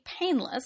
painless